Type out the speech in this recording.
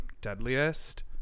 deadliest